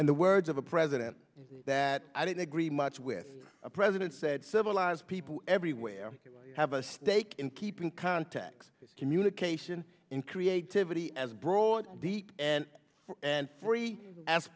in the words of the president that i didn't agree much with the president said civilized people everywhere have a stake in keeping contacts communication and creativity as broad deep and free as